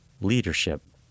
leadership